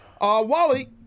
Wally